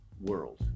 world